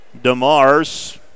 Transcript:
DeMars